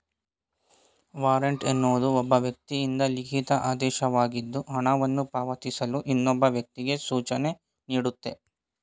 warrant ಎನ್ನುವುದು ಒಬ್ಬ ವ್ಯಕ್ತಿಯಿಂದ ಲಿಖಿತ ಆದೇಶವಾಗಿದ್ದು ಹಣವನ್ನು ಪಾವತಿಸಲು ಇನ್ನೊಬ್ಬ ವ್ಯಕ್ತಿಗೆ ಸೂಚನೆನೀಡುತ್ತೆ